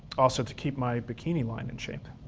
also to keep my bikini line in shape.